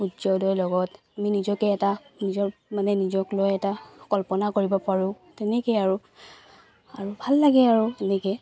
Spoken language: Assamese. সূৰ্যদয়ৰ লগত আমি নিজকে এটা নিজৰ মানে নিজক লৈ এটা কল্পনা কৰিব পাৰো তেনেকেই আৰু আৰু ভাল লাগে আৰু তেনেকৈ